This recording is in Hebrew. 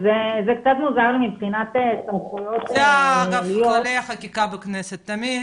זה קצת מוזר לי מבחינת סמכויות --- אלו כללי החקיקה בכנסת תמיד.